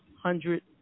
hundred